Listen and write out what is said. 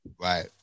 Right